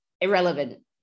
irrelevant